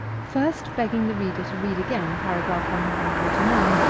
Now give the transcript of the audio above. first begging the reader to read again paragraph one hundred and forty nine,